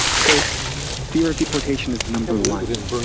so fear of deportation is the number one,